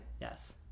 Yes